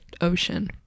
ocean